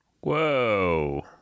Whoa